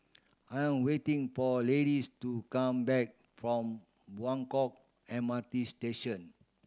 I'm waiting for Laddies to come back from Buangkok M R T Station